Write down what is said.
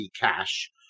cash